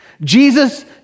Jesus